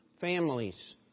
families